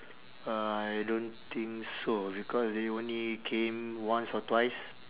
uh I don't think so because they only came once or twice